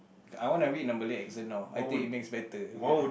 I want to read in a Malay accent now I think it makes better